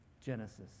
Genesis